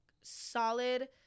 solid